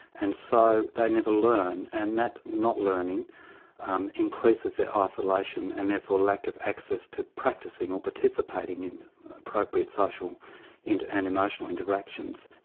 and so they never learn and that not learning um increases their isolation and therefore lack of access to practising or participating in appropriate social and emotional interactions.